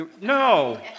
No